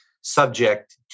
subject